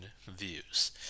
views